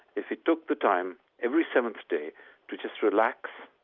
if it took the time every seventh day to just relax,